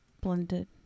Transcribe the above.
Blended